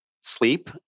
sleep